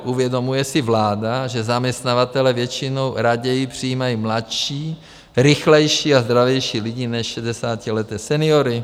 Uvědomuje si vláda, že zaměstnavatelé většinou raději přijímají mladší, rychlejší a zdravější lidi než šedesátileté seniory?